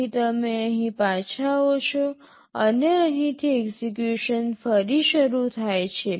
તેથી તમે અહીં પાછા આવો અને અહીંથી એક્ઝેક્યુશન ફરી શરૂ કરો